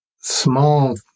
small